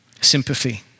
sympathy